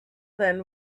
then